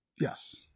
yes